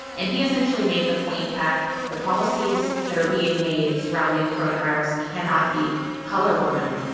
and he essentially made the point that the policies that are being made surrounding coronavirus cannot be colorblind.